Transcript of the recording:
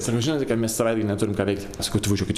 sako žinote kad mes savaitgalį neturim ką veikt sakau tai važiuokit